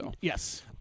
Yes